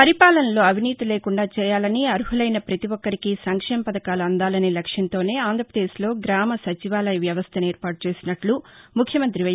పరిపాలనలో అవినీతి లేకుండా చేయాలనీ అర్మలైన పతి ఒక్కరికీ సంక్షేమ పథకాలు అందాలానే లక్ష్యంతోనే ఆంధ్రాపదేశ్ లో గ్రామ సచివాలయ వ్యవస్థను ఏర్పాటు చేసినట్లు ముఖ్యమంత్రి వై